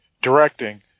directing